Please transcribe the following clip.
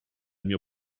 mio